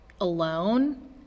alone